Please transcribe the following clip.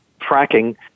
fracking